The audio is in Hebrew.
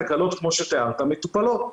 תקלות כמו שתיארת מטופלות.